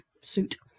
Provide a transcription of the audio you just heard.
suit